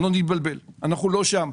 שלא נתבלבל, אנחנו לא שם.